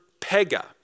pega